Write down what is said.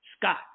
scott